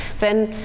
then,